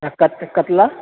कतला